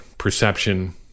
Perception